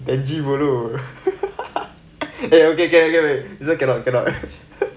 benji roller okay okay this one cannot cannot